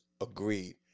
Agreed